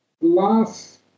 last